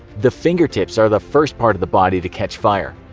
the fingertips are the first part of the body to catch fire.